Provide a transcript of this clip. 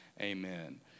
Amen